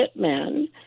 hitmen